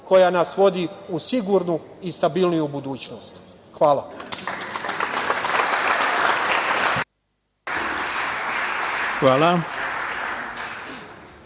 koja nas vodi u sigurnu i stabilniju budućnost. Hvala. **Ivica